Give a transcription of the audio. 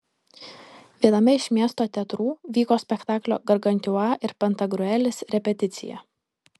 viename iš miesto teatrų vyko spektaklio gargantiua ir pantagriuelis repeticija